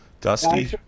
Dusty